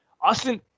Austin